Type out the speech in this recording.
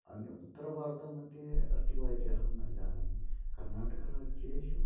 अन्यत् उत्तरभारतमध्ये अस्ति वा इति अहं न जानामि कर्नाटकराज्येषु